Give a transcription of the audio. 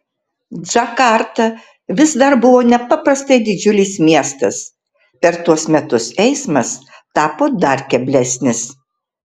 džakarta vis dar buvo nepaprastai didžiulis miestas per tuos metus eismas tapo dar keblesnis